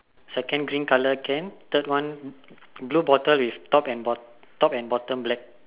second green colour can third one blue bottle with top top and bottom black